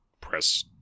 press